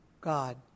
God